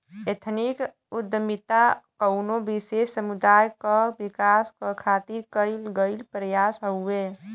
ethnic उद्दमिता कउनो विशेष समुदाय क विकास क खातिर कइल गइल प्रयास हउवे